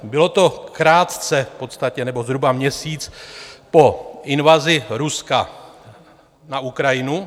Bylo to krátce, nebo zhruba měsíc po invazi Ruska na Ukrajinu.